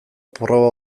proba